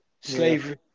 slavery